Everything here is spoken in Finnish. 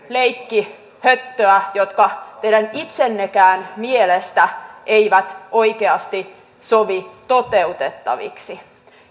leikkihöttöä eivätkä teidän itsennekään mielestä oikeasti sovi toteutettaviksi